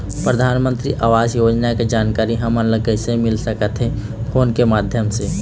परधानमंतरी आवास योजना के जानकारी हमन ला कइसे मिल सकत हे, फोन के माध्यम से?